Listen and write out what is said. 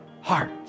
heart